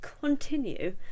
continue